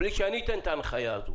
בלי שאני אתן את ההנחיה הזו